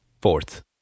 Fourth